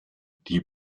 die